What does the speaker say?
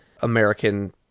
American